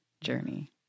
journey